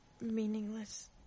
meaningless